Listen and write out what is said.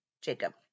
Jacob